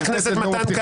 חבר הכנסת מתן כהנא.